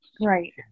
right